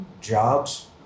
Jobs